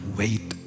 wait